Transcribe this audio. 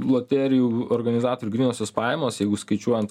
loterijų organizatorių grynosios pajamos jeigu skaičiuojant